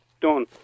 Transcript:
done